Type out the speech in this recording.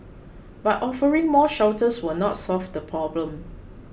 but offering more shelters will not solve the problem